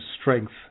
strength